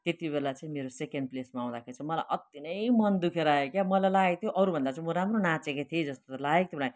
त्यति बेला चाहिँ मेरो सेकेन्ड प्लेसमा आउँदाखेरि चाहिँ मलाई अति नै मन दुखेर आयो के मलाई लागेको थियो अरूभन्दा चाहिँ म राम्रो नाचेको थिएँ जस्तो त लागेको थियो मलाई